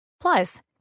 Plus